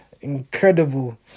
incredible